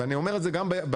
ואני אומר את זה גם בהקשר,